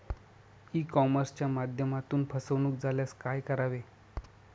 E कॉमर्सच्या माध्यमातून फसवणूक झाल्यास काय करावे?